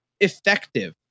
effective